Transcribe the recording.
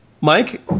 Mike